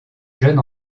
jeune